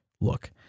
Look